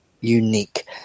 unique